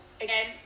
Again